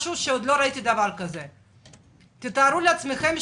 איך יכול להיות